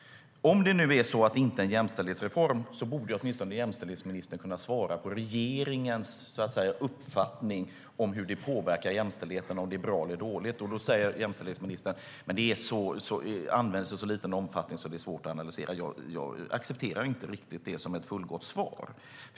Om det nu inte är en jämställdhetsreform borde jämställdhetsministern åtminstone kunna svara på vad regeringens uppfattning är om hur det påverkar jämställdheten, om det är bra eller dåligt. Jämställdhetsministern säger att det används i så liten omfattning att det är svårt att analysera. Jag accepterar inte riktigt det som ett fullgott svar.